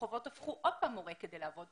החובות תפחו ושוב הוא עורק כדי לעבוד.